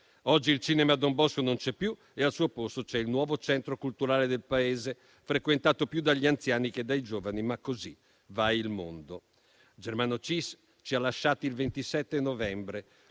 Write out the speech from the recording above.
Oggi il cinema Don Bosco non c'è più e al suo posto c'è il nuovo centro culturale del Paese, frequentato più dagli anziani che dai giovani. Ma così va il mondo. Germano Cis ci ha lasciati il 27 novembre.